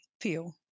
feel